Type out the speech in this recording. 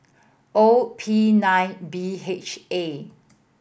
O P nine B H A